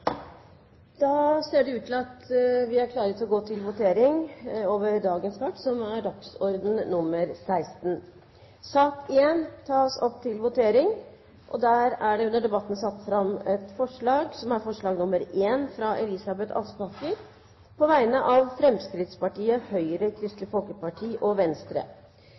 Da er vi klare til å gå til votering. Under debatten har Elisabeth Aspaker satt fram et forslag på vegne av Fremskrittspartiet, Høyre, Kristelig Folkeparti og Venstre.